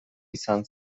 izan